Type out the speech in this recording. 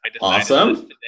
Awesome